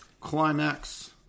climax